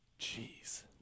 Jeez